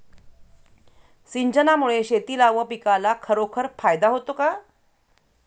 सिंचनामुळे शेतीला व पिकाला खरोखर फायदा होतो का?